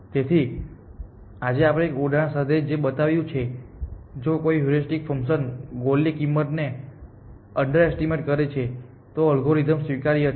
તેથી આજે આપણે એક ઉદાહરણ સાથે જે બતાવ્યું છે કે જો કોઈ હ્યુરિસ્ટિક ફંકશન ગોલ ની કિંમતને અંડરએસ્ટિમેટ કરે છે તો અલ્ગોરિધમ સ્વીકાર્ય છે